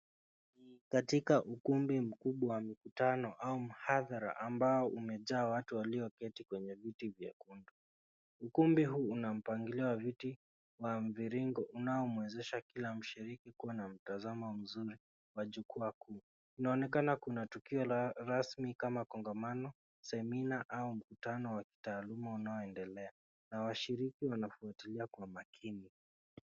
Katika ukumbi mkubwa wa mikutano au hadhara ambayo imejaa watu walioketi kwenye viti vyekundu. Ukumbi huu una mpangilio wa viti wa mviringo unaomwezesha kila mshiriki kuwa na mtazamo mzuri wa jukwaa kuu. Inaonekana kuna tukio la rasmi kama kongamano, semina au mkutano wa taaluma unaoendelea, na washiriki wanafuatilia kwa makini.